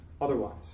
otherwise